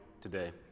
today